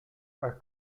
are